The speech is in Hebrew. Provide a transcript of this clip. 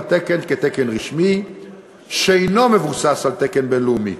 תקן כתקן רשמי שאינו מבוסס על תקן בין-לאומי.